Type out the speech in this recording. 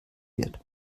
wird